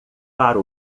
para